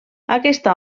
aquesta